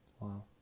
Wow